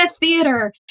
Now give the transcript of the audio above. theater